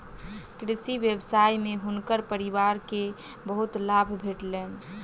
कृषि व्यवसाय में हुनकर परिवार के बहुत लाभ भेटलैन